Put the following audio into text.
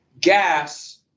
Gas